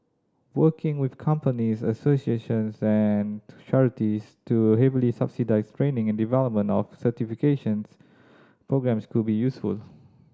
working with companies associations and charities to heavily subsidise training and development of certifications programmes could be useful